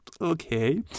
Okay